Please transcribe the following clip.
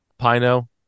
Pino